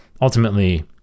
ultimately